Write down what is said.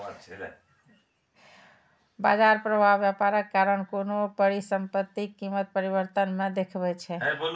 बाजार प्रभाव व्यापारक कारण कोनो परिसंपत्तिक कीमत परिवर्तन मे देखबै छै